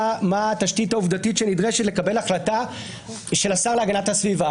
מה התשתית העובדתית שנדרשת לקבל החלטה של השר להגנת הסביבה?